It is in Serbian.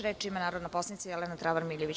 Reč ima narodna poslanica Jelena Travar Miljević.